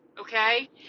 Okay